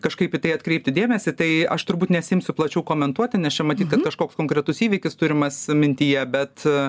kažkaip į tai atkreipti dėmesį tai aš turbūt nesiimsiu plačiau komentuoti nes čia matyt kad kažkoks konkretus įvykis turimas mintyje bet